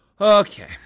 Okay